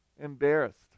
embarrassed